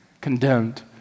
condemned